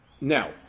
Now